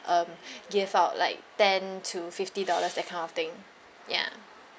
um give out like ten to fifty dollars that kind of thing ya